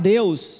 Deus